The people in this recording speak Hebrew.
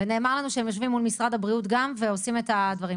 ונאמר לנו שהם יושבים מול משרד הבריאות גם ועושים את הדברים.